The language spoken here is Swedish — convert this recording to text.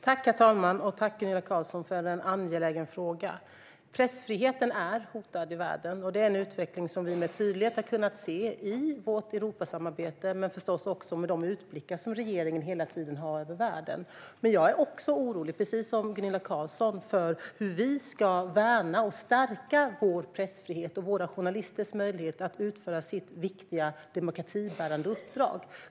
Herr talman! Tack, Gunilla Carlsson, för en angelägen fråga! Pressfriheten är hotad i världen. Det är en utveckling som vi med tydlighet har kunnat se i vårt Europasamarbete och förstås även i de utblickar över världen som regeringen hela tiden har. Men jag är precis som Gunilla Carlsson också orolig för hur vi ska kunna värna och stärka vår pressfrihet och våra journalisters möjlighet att utföra sitt viktiga demokratibärande uppdrag.